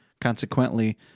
consequently